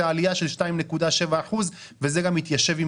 זה עלייה של 2.7% וזה גם מתיישב עם